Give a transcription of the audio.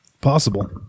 Possible